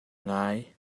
ngai